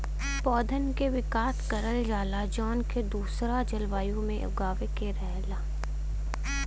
पौधन के विकास करल जाला जौन के दूसरा जलवायु में उगावे के रहला